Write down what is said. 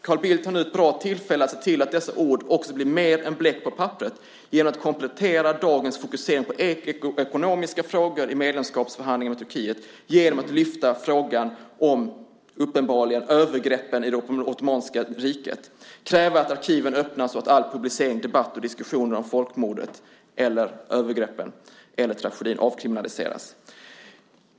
Carl Bildt har ett bra tillfälle att se till att dessa ord blir mer än bara bläck på papperet genom att i medlemskapsförhandlingarna med Turkiet komplettera dagens fokusering på ekonomiska frågor och även lyfta upp frågan om de uppenbara övergreppen i Ottomanska riket, kräva att arkiven öppnas och att all publicering, debatt och diskussion om folkmordet, övergreppen, tragedin avkriminaliseras.